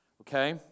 Okay